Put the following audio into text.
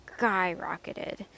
skyrocketed